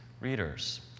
readers